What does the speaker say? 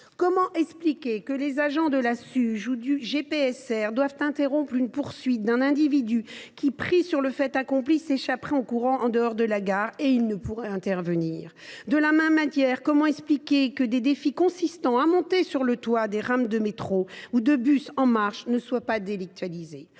Comment expliquer que les agents de la Suge ou du GPSR doivent interrompre la poursuite d’un individu qui, pris sur le fait, s’échapperait en courant en dehors de la gare, où ils ne peuvent intervenir ? Comment expliquer que des défis consistant à monter sur le toit de rames de métro ou de bus en marche ne soient pas délictualisés ?